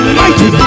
mighty